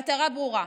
המטרה ברורה: